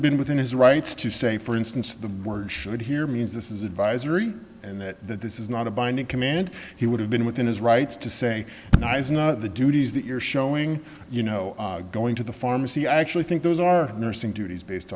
have been within his rights to say for instance the word should here means this is advisory and that that this is not a binding command he would have been within his rights to say no is not the duties that you're showing you know going to the pharmacy i actually think those are nursing duties based